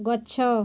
ଗଛ